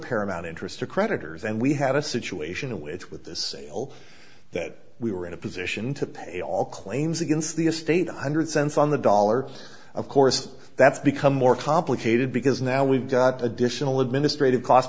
paramount interest to creditors and we had a situation with with this sale that we were in a position to pay all claims against the estate one hundred cents on the dollar of course that's become more complicated because now we've got additional administrative costs